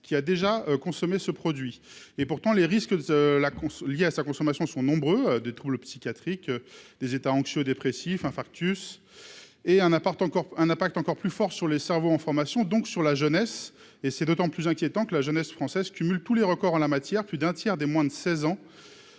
en a déjà consommé. Pourtant, les risques liés à sa consommation sont nombreux- troubles psychiatriques, états anxio-dépressifs, infarctus -et l'impact est encore plus fort sur les cerveaux en formation, donc sur la jeunesse. C'est d'autant plus inquiétant que la jeunesse française cumule tous les records en la matière : plus d'un tiers des moins de 16 ans